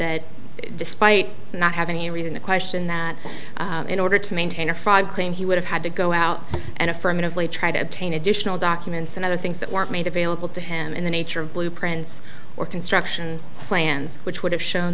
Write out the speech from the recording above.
that despite not having a reason to question that in order to maintain a fraud claim he would have had to go out and affirmatively try to obtain additional documents and other things that weren't made available to him in the nature of blueprints or construction plans which would have shown